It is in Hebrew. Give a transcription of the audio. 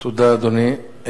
תודה, אדוני.